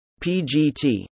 PGT